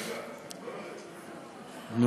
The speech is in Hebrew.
רגע,